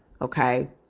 Okay